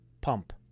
pump